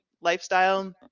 lifestyle